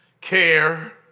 care